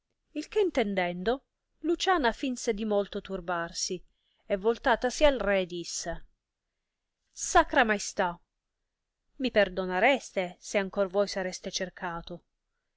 il che intendendo luciana fìnse di molto turbarsi e voltatasi al re disse sacra maestà mi perdonarete se ancor voi sarete cercato